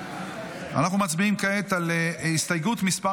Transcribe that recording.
אנחנו מצביעים כעת על הסתייגות מס'